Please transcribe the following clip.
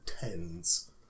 Tens